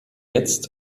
jetzt